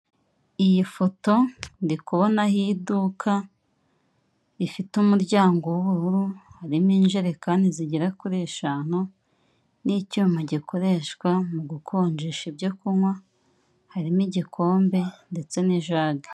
Iyi foto ndi kubonaho iduka rifite umuryango w'ubururu, harimo injerekani zigera muri eshanu n'icyuma gikoreshwa mu gukonjesha ibyo kunywa harimo igikombe ndetse n'iijage.